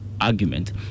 argument